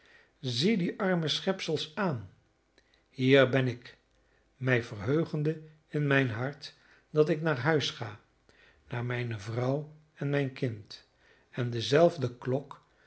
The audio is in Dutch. zie die arme schepselen aan hier ben ik mij verheugende in mijn hart dat ik naar huis ga naar mijne vrouw en mijn kind en dezelfde klok